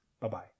Bye-bye